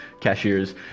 cashiers